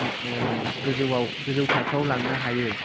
गोजौआव गोजौ थाखोआव लांनो हायो